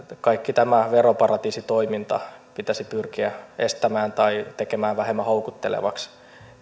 kaikki tämä veroparatiisitoiminta pitäisi pyrkiä estämään tai tekemään vähemmän houkuttelevaksi